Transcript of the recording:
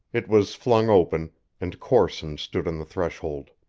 it was flung open and corson stood on the threshold